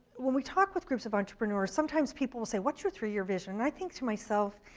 when we talk with groups of entrepreneurs sometimes people will say what's your three year vision, i think to myself,